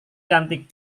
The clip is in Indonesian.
cantik